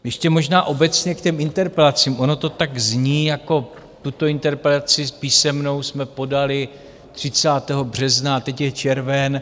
Ještě možná obecně k těm interpelacím ono to tak zní jako: tuto interpelaci písemnou jsme podali 30. března, a teď je červen.